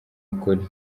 ukuri